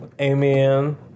Amen